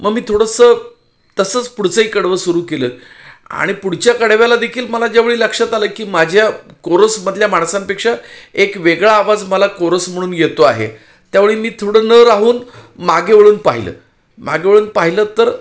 मग मी थोडंसं तसंच पुढचंही कडवं सुरू केलं आणि पुढच्या कडव्याला देखील मला जेवढी लक्षात आलं की माझ्या कोरसमधल्या माणसांपेक्षा एक वेगळा आवाज मला कोरस म्हणून येतो आहे त्यावेळी मी थोडं न राहून मागे वळून पाहिलं मागे वळून पाहिलं तर